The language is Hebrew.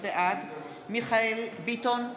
בעד מיכאל מרדכי ביטון,